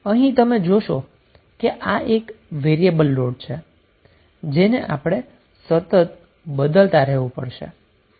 અહીં તમે જોશો કે આ એક વેરીએબલ લોડ છે જેને આપણે સતત બદલતાં રહેવું પડશે